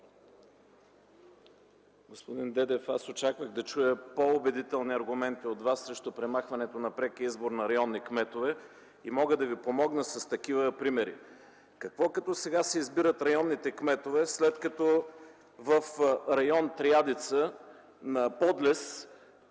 Господин Дедев, аз очаквах да чуя по-убедителни аргументи от Вас срещу премахването на прекия избор на районни кметове. Мога да Ви помогна с такива примери: Какво като сега се избират районните кметове, след като в подлез в район „Триадица” една